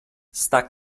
sta